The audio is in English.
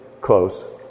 close